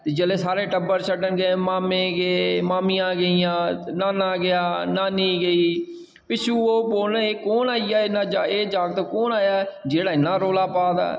ते जेल्लै सारा टब्बर छड्डन गेआ मामें गे मामियां गेइयां नाना गेआ नानी गेई पिच्छुं ओह् बोलन कु'न आई गेआ एह् जागत् कु'न आया ऐ जेह्ड़ा इन्ना रौला पा दा ऐ